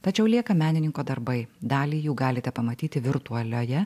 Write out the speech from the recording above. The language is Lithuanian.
tačiau lieka menininko darbai dalį jų galite pamatyti virtualioje